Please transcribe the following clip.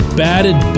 batted